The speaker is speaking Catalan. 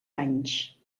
anys